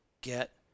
get